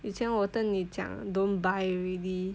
以前我跟你讲 don't buy already